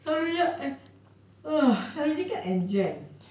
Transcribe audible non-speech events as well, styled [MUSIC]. selalunya [NOISE] selalunya kan end jan